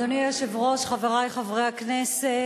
אדוני היושב-ראש, חברי חברי הכנסת,